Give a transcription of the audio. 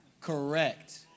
Correct